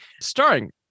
starring